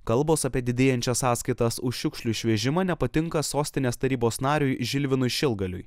kalbos apie didėjančias sąskaitas už šiukšlių išvežimą nepatinka sostinės tarybos nariui žilvinui šilgaliui